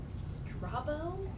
Strabo